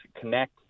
connect